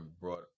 brought